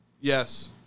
Yes